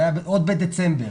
זה היה עוד בדצמבר.